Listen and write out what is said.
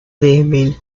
vermelho